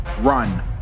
run